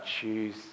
choose